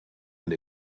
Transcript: and